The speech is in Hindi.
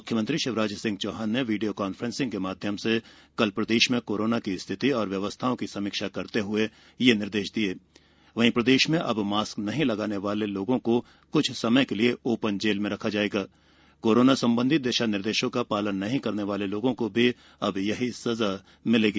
म्ख्यमंत्री शिवराज सिंह चौहान ने वीडियो कान्फ्रेंसिंग के माध्यम से कल प्रदेश में कोरोना की स्थिति एवं व्यवस्थाओं की समीक्षा करते हए यह निर्देष दिए वहीं प्रदेश में अब मास्क नहीं लगाने वाले लोगों को क्छ समय के लिए ओपन जेल में रखा जाएगा कोरोना संबंधी दिशा निर्देशों का पालन नहीं करने वाले लोगों को भी अब यही सजा मिलेगी